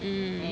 mm